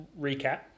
recap